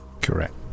Correct